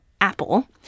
apple